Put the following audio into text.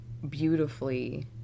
Beautifully